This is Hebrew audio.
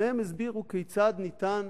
ושניהם הסבירו כיצד ניתן